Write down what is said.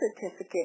certificate